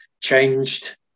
changed